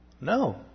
No